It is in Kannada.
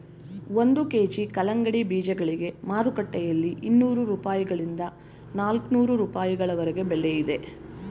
ಒಂದು ಕೆ.ಜಿ ಕಲ್ಲಂಗಡಿ ಬೀಜಗಳಿಗೆ ಮಾರುಕಟ್ಟೆಯಲ್ಲಿ ಇನ್ನೂರು ರೂಪಾಯಿಗಳಿಂದ ನಾಲ್ಕನೂರು ರೂಪಾಯಿವರೆಗೆ ಬೆಲೆ ಇದೆ